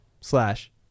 slash